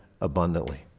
abundantly